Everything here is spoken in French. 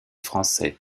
français